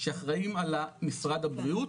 שאחראים על משרד הבריאות.